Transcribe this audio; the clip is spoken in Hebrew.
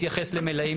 מתייחס למלאים,